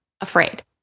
afraid